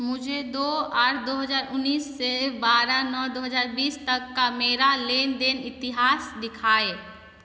मुझे दो आठ दो हज़ार उन्नीस से बारह नौ दो हज़ार बीस तक का मेरा लेन देन इतिहास दिखाएँ